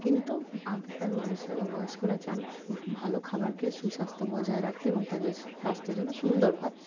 কিন্তু আগেকার মানুষরা বা বয়স্করা চান ভালো খাওয়ার খেয়ে সুস্বাস্থ্য বজায় রাখতে এবং তাদের স্বাস্থ্য যেন সুন্দর হয়